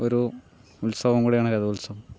ഒരു ഉത്സവം കൂടിയാണ് രഥോത്സവം